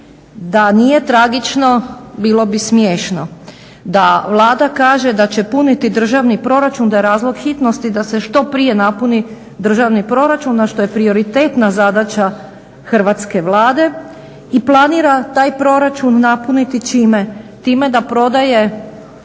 da nije tragično bilo bi smiješno, da Vlada kaže da će puniti državni proračun, da je razlog hitnosti da se što prije napuni državni proračun a što je prioritetna zadaća hrvatske Vlade i planira taj proračun napuniti čime? Time da prodaje